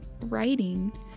writing